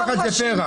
תפרחת זה פרח.